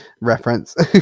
reference